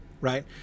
right